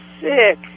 sick